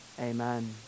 Amen